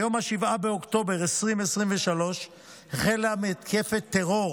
ביום 7 באוקטובר 2023 החלה מתקפת טרור